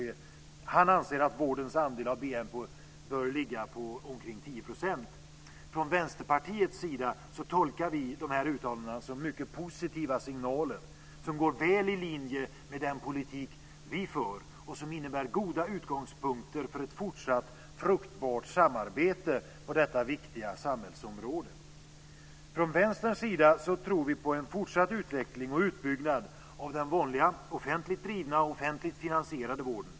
Han anser att vårdens andel av BNP bör ligga på omkring 10 %. Från Vänsterpartiets sida tolkar vi de uttalandena som mycket positiva signaler som går väl i linje med den politik vi för. Det innebär goda utgångspunkter för ett fortsatt fruktbart samarbete på detta viktiga samhällsområde. Från Vänsterns sida tror vi på en fortsatt utveckling och utbyggnad av den vanliga offentligt drivna och offentligt finansierade vården.